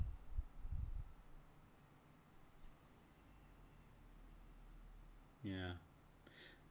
ya